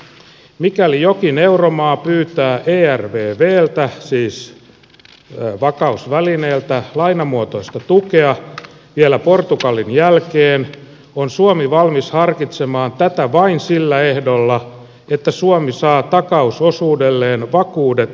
mikäli jokin euromaa pyytää ervvltä siis vakausvälineeltä lainamuotoista tukea vielä portugalin jälkeen on suomi valmis harkitsemaan tätä vain sillä ehdolla että suomi saa takausosuudelleen vakuudet kyseiseltä maalta